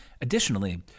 Additionally